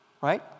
Right